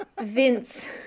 Vince